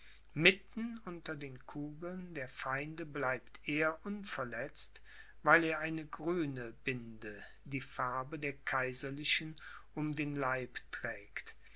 mitten unter den kugeln der feinde bleibt er unverletzt weil er eine grüne binde die farbe der kaiserlichen um den leib trägt